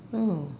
oh